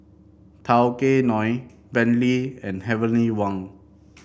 Tao Kae Noi Bentley and Heavenly Wang